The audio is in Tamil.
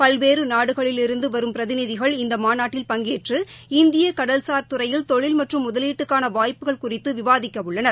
பல்வேறு நாடுகளிலிருந்து வரும் பிரதிநிதிகள் இந்த மாநாட்டில் பங்கேற்று இந்திய கடல்சார் துறையில் தொழில் மற்றும் முதலீட்டுக்கான வாய்ப்புகள் குறித்து விவாதிக்கவுள்ளனர்